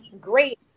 great